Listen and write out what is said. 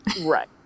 Right